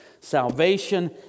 salvation